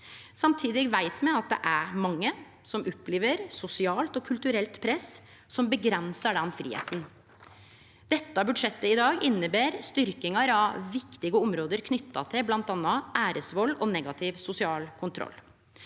Samtidig veit me at det er mange som opplever sosialt og kulturelt press som avgrensar den fridomen. Dette budsjettet inneber styrkingar av viktige område knytte til bl.a. æresvald og negativ sosial kontroll.